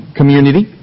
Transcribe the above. community